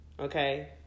Okay